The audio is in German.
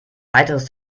weiteres